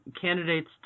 candidates